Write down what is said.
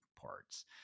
parts